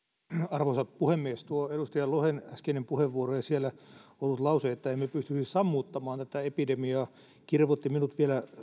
arvoisa puhemies edustaja lohen äskeinen puheenvuoro ja siinä ollut lause että emme pystyisi sammuttamaan tätä epidemiaa kirvoittivat minut vielä